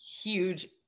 huge